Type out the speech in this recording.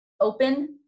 open